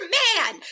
man